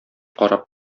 карап